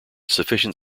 sufficient